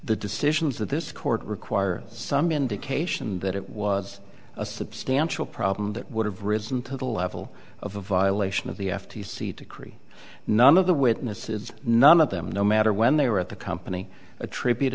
the decisions that this court require some indication that it was a substantial problem that would have risen to the level of a violation of the f t c to create none of the witnesses none of them no matter when they were at the company attribute